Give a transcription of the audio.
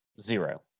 Zero